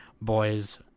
boys